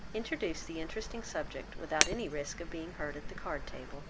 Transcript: introduce the interesting subject, without any risk of being heard at the card-table.